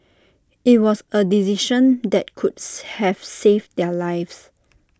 IT was A decision that could have saved their lives